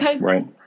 Right